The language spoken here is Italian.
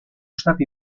stati